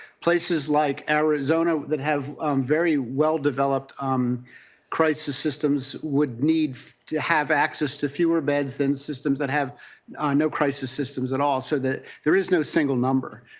places like arizona that have very well-developed um crisis systems would need to have access to fewer beds than systems that have no crisis systems at all. so there is no single number.